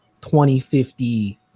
2050